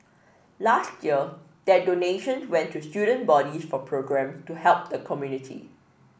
last year their donation the went to student bodies for programme to help the community